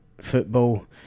football